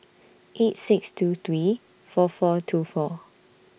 eight six two three four four two four